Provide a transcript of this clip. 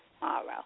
tomorrow